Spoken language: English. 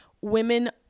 Women